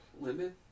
Limit